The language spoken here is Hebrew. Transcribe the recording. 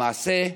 למעשה,